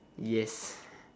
yes